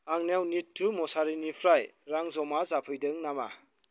आंनाव निथु मसारिनिफ्राय रां जमा जाफैदों नामा